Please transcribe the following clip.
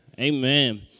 Amen